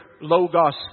Logos